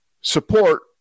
support